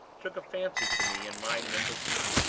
took a fancy to me and my nimble feet.